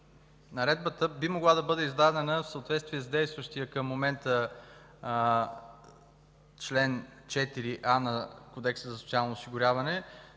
Наредбата би могла да бъде издадена в съответствие с действащия към момента чл. 4а на Кодекса за социално осигуряване.